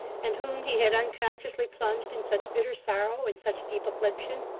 and whom he had unconsciously plunged in such bitter sorrow and such deep affliction?